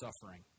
suffering